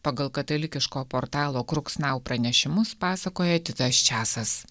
pagal katalikiško portalo kruksnau pranešimus pasakoja titas česas